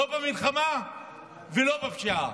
לא במלחמה ולא בפשיעה.